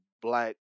black